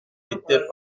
était